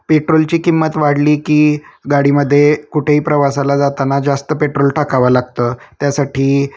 पेट्रोलची किंमत वाढली की गाडीमध्ये कुठेही प्रवासाला जाताना जास्त पेट्रोल टाकावं लागतं त्यासाठी